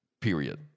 Period